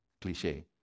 cliche